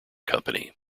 company